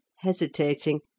hesitating